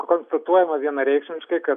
konstatuojama vienareikšmiškai kad